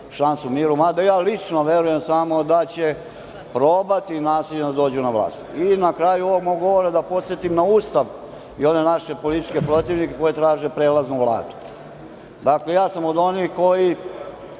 šansu miru. Mada ja lično verujem da će probati nasilno da dođu na vlast. Na kraju mog govora, mogu da podsetim na Ustav i one naše političke protivnike koji traže prelaznu vladu. Dakle, ja sam od onih koji